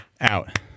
out